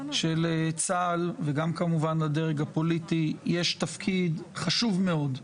שלצה"ל וגם כמובן לדרג הפוליטי יש תפקיד חשוב מאוד,